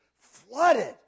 flooded